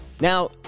Now